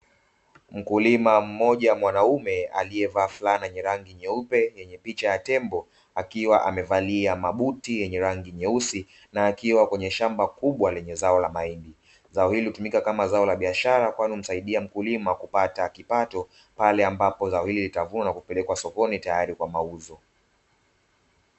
Mkulima mmoja mwanaume aliyevaa fulana yenye rangi nyeupe yenye picha ya tembo akiwa amevalia mabuti yenye rangi nyeusi na akiwa kwenye shamba kubwa lenye zao la mahindi. Zao hili hutumika kama zao la biashara kwani humsaidia mkulima kupata kipato pale ambapo zao hili litavunwa na kupelekwa sokoni tayari kwa mauzo.